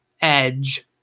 edge